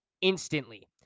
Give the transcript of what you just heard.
instantly